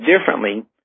differently